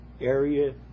area